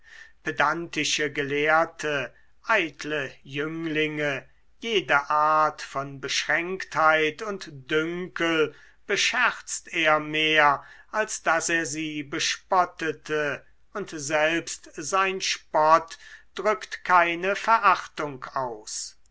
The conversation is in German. pedantische gelehrte eitle jünglinge jede art von beschränktheit und dünkel bescherzt er mehr als daß er sie bespottete und selbst sein spott drückt keine verachtung aus